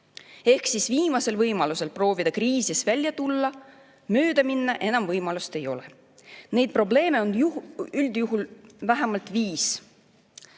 Ehk siis on viimane võimalus proovida kriisist välja tulla, mööda minna enam võimalust ei ole. Neid probleeme on üldjuhul vähemalt viis.